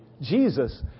Jesus